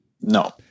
No